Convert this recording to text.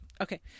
okay